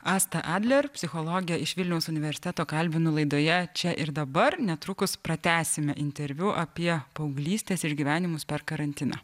asta adler psichologė iš vilniaus universiteto kalbinu laidoje čia ir dabar netrukus pratęsime interviu apie paauglystės išgyvenimus per karantiną